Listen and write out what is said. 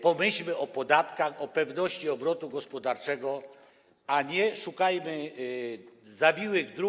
Pomyślmy o podatkach, o pewności obrotu gospodarczego, a nie szukajmy zawiłych dróg.